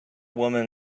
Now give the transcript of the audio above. woman